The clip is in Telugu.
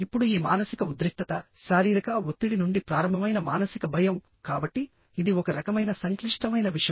ఇప్పుడు ఈ మానసిక ఉద్రిక్తత శారీరక ఒత్తిడి నుండి ప్రారంభమైన మానసిక భయం కాబట్టి ఇది ఒక రకమైన సంక్లిష్టమైన విషయం